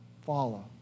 Follow